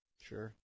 Sure